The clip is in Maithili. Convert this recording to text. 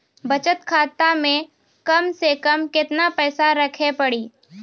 बचत खाता मे कम से कम केतना पैसा रखे पड़ी?